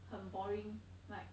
很 boring like